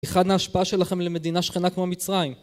אחד מההשפעה שלכם למדינה שכנה כמו מצרים